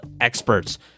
experts